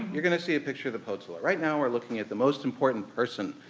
you're gonna see a picture of the poster. right now, we're looking at the most important person